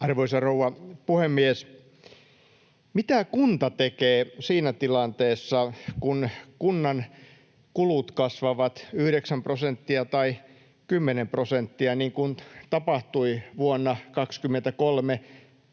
Arvoisa rouva puhemies! Mitä kunta tekee siinä tilanteessa, kun kunnan kulut kasvavat 9 prosenttia tai 10 prosenttia, niin kuin tapahtui vuonna 23?